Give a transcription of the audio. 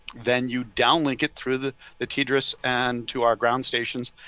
then you downlink it through the the tedris and to our ground stations.